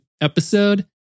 episode